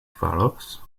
faros